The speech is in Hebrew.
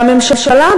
והממשלה,